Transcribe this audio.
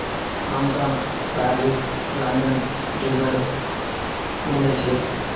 Hong Kong Paris London Dubai Malaysia